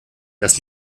das